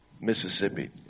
Mississippi